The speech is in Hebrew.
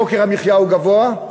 יוקר המחיה הוא גבוה,